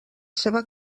seva